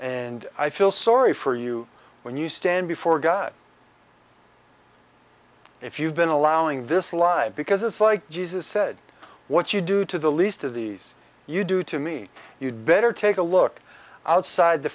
and i feel sorry for you when you stand before god if you've been allowing this line because it's like jesus said what you do to the least of these you do to me you'd better take a look outside the